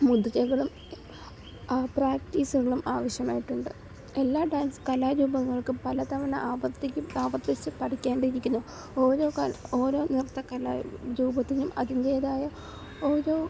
മുദ്രകളും പ്രാക്ടീസുകളും ആവശ്യമായിട്ടുണ്ട് എല്ലാ ഡാൻസ് കലാരൂപങ്ങൾക്കും പലതവണ ആവർത്തിക്കും ആവർത്തിച്ച് പഠിക്കേണ്ടിയിരിക്കുന്നു ഓരോ ഒരോ നൃത്ത കലാ രൂപത്തിനും അതിൻ്റെതായ ഓരോ